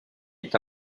est